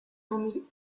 son